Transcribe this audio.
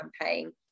campaign